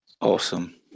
Awesome